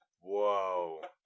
Whoa